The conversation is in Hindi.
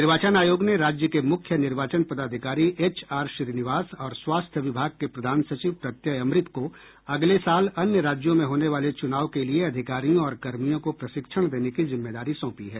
निर्वाचन आयोग ने राज्य के मुख्य निर्वाचन पदाधिकारी एच आर श्रीनिवास और स्वास्थ्य विभाग के प्रधान सचिव प्रत्यय अमृत को अगले साल अन्य राज्यों में होने वाले चुनाव के लिये अधिकारियों और कर्मियों को प्रशिक्षण देने की जिम्मेदारी सौंपी है